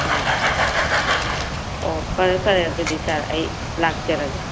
ꯑꯣ ꯑꯣ ꯐꯔꯦ ꯐꯔꯦ ꯑꯗꯨꯗꯤ ꯁꯥꯔ ꯑꯩ ꯂꯥꯛꯆꯔꯒꯦ